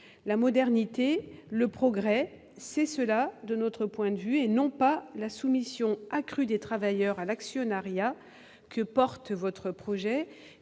La modernité, le progrès, c'est cela, et non la soumission accrue des travailleurs à l'actionnariat que porte votre projet